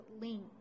link